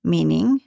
Meaning